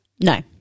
No